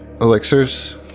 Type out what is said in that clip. elixirs